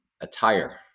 attire